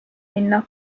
minna